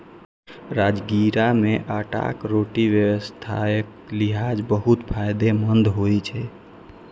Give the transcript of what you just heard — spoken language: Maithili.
राजगिरा के आटाक रोटी स्वास्थ्यक लिहाज बहुत फायदेमंद होइ छै